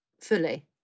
fully